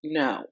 no